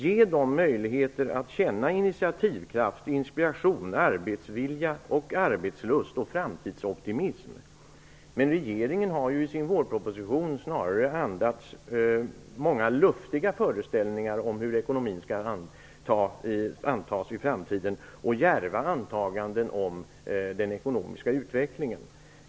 Ge dem möjlighet att känna initiativkraft, inspiration, arbetsvilja, arbetslust och framtidsoptimism! Men regeringen har ju i sin vårproposition snarare andats många luftiga föreställningar om hur ekonomin skall antas i framtiden och djärva antaganden om den ekonomiska utvecklingen.